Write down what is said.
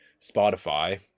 Spotify